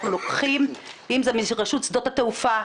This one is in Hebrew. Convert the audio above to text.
אנחנו לוקחים אם זה מרשות שדות התעופה,